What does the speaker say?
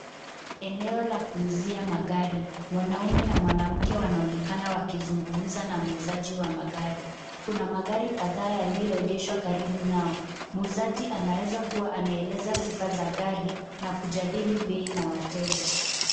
Eneo la kuuzia magari mwanaume na mke wanaonekana wakizungumza na muuzaji wa magari kuna magari kadhaa yaliyoegeshwa karibu nao. Muuzaji anaweza kuwa anaeleza sifa za gari na kujadili bei na wateja.